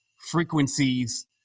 frequencies